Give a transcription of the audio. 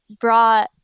brought